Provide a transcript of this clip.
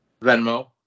Venmo